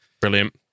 Brilliant